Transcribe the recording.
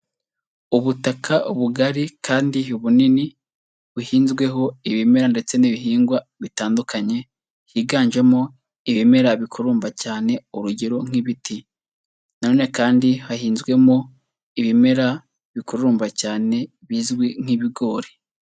Ubutaka bugari kandi bunini buhinzweho ibimera ndetse n'ibihingwa bitandukanye, higanjemo ibimera bikurumba cyane urugero nk'ibiti na none kandi hahinzwemo ibimera bikurumba cyane bizwi nk'ibigori.